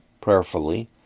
prayerfully